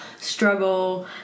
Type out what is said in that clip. struggle